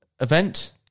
event